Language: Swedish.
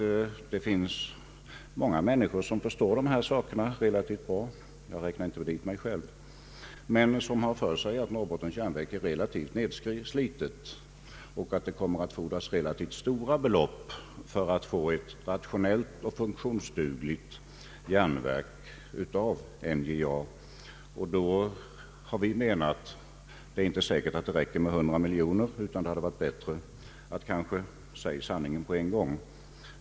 Det finns många människor som förstår dessa saker relativt bra — till dem räknar jag inte mig själv — och som har för sig att NJA är tämligen nedslitet och att det kommer att fordras ganska stora belopp för att göra det till ett rationellt och funktionsdugligt järnverk. Därför har vi ansett att det inte är säkert att 100 miljoner räcker och att det kanske hade varit bättre att säga sanningen på en gång.